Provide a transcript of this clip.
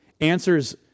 Answers